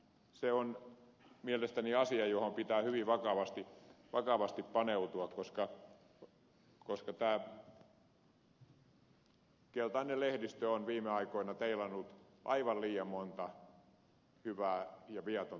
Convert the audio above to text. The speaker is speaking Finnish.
se on mielestäni asia johon pitää hyvin vakavasti paneutua koska keltainen lehdistö on viime aikoina teilannut aivan liian monta hyvää ja viatonta ihmistä